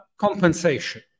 Compensation